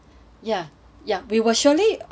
ya we will surely um